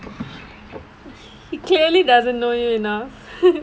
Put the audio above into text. he clearly doesn't know you enough